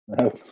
No